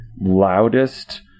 loudest